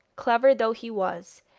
clever though he was,